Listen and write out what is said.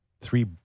three